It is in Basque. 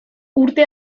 urte